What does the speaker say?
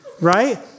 right